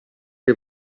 che